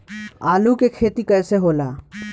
आलू के खेती कैसे होला?